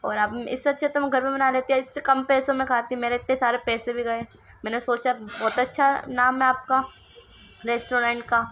اور آپ نے اس سے اچھا تو میں گھر پہ بنا لیتی اور اس سے کم پیسوں میں کھاتی میرے اتے سارے پیسے بھی گئے میں نے سوچا بہت اچھا نام ہے آپ کا ریسٹورینٹ کا